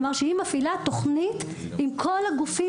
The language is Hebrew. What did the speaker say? כלומר שהיא מפעילה תוכנית עם כל הגופים